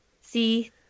see